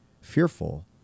fearful